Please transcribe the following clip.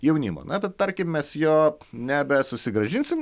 jaunimo na bet tarkim mes jo nebesusigrąžinsim